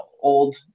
old